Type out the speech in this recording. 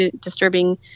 disturbing